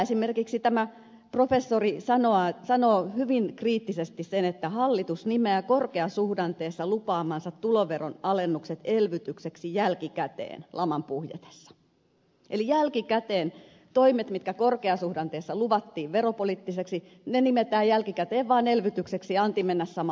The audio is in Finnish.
esimerkiksi tämä professori sanoo hyvin kriittisesti sen että hallitus nimeää korkeasuhdanteessa lupaamansa tuloveron alennukset elvytykseksi jälkikäteen laman puhjetessa eli jälkikäteen toimet mitkä korkeasuhdanteessa luvattiin veropoliittisiksi nimetään vaan elvytykseksi ja anti mennä samalla linjalla